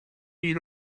you